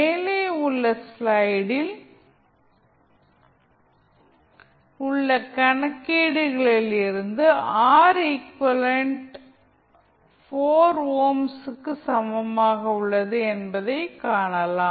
மேலே உள்ள ஸ்லைடில் உள்ள கணக்கீடுகளிலிருந்து ஆர் ஈகுவலன்ட் 4 ஓம்ஸ் க்கு சமமாக உள்ளது என்பதைக் காணலாம்